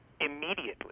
immediately